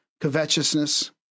covetousness